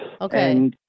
Okay